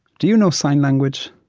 do you know sign language?